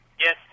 Yes